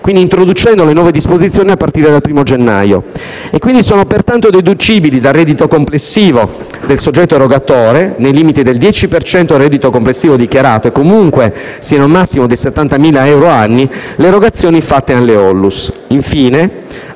quindi le nuove disposizioni a partire dal primo gennaio. E, quindi, sono pertanto deducibili dal reddito complessivo del soggetto erogatore, nel limite del 10 per cento del reddito complessivo dichiarato e comunque sino al massimo di 70.000 euro annui, le erogazioni fatte alle Onlus.